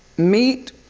meat,